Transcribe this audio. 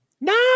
No